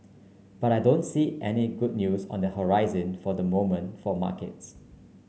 but I don't see any good news on the horizon for the moment for markets